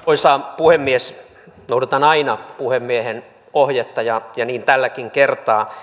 arvoisa puhemies noudatan aina puhemiehen ohjetta ja ja niin tälläkin kertaa